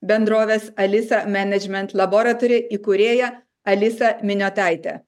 bendrovės alisa management laboratory įkūrėja alisa miniotaite